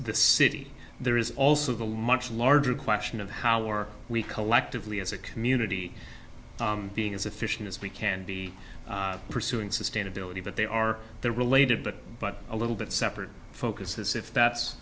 the city there is also the much larger question of how are we collectively as a community being as efficient as we can be pursuing sustainability but they are the related but but a little bit separate focus is if that's